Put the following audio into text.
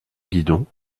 guidon